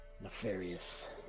nefarious